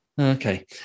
okay